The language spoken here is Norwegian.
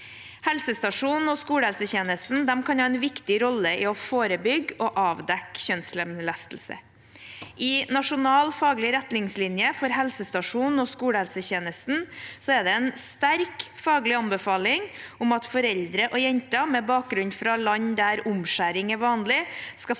Helsestasjon- og skolehelsetjenesten kan ha en viktig rolle i å forebygge og avdekke kjønnslemlestelse. I nasjonal faglig retningslinje for helsestasjons- og skolehelsetjenesten er det en sterk faglig anbefaling om at foreldre og jenter med bakgrunn fra land der omskjæring er vanlig,